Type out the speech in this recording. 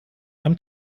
einem